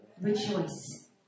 Rejoice